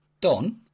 Don